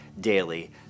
daily